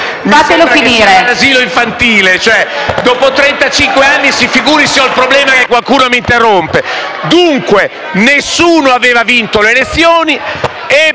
Mi sembra di essere in un asilo infantile. Dopo trentacinque anni si figuri se ho il problema che qualcuno mi interrompe. Dunque, nessuno ha vinto le elezioni